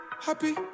Happy